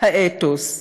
האתוס,